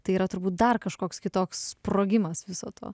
tai yra turbūt dar kažkoks kitoks sprogimas viso to